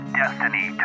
destiny